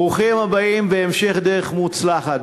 ברוכים הבאים והמשך דרך מוצלחת.